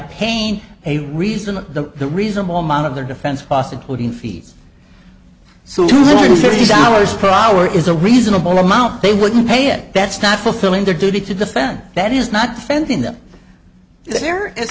pain a reason to the reasonable amount of their defense prosecuting fees so these hours per hour is a reasonable amount they wouldn't pay it that's not fulfilling their duty to defend that is not defending them there is